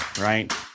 right